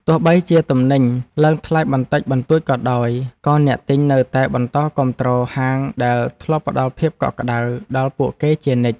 ទោះបីជាទំនិញឡើងថ្លៃបន្តិចបន្តួចក៏ដោយ ក៏អ្នកទិញនៅតែបន្តគាំទ្រហាងដែលធ្លាប់ផ្ដល់ភាពកក់ក្តៅដល់ពួកគេជានិច្ច។